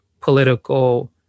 political